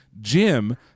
Jim